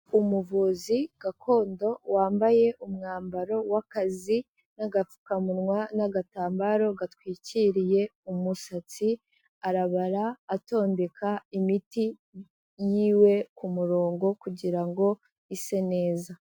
Umuvuzi gakondo wambaye umwambaro w'akazi n'agapfukamunwa n'agatambaro gatwikiriye umusatsi, arabara atondeka imiti yiwe ku murongo kugira ngo ise neza.